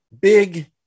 big